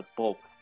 bulk